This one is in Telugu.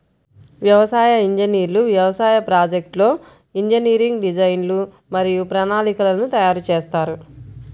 వ్యవసాయ ఇంజనీర్లు వ్యవసాయ ప్రాజెక్ట్లో ఇంజనీరింగ్ డిజైన్లు మరియు ప్రణాళికలను తయారు చేస్తారు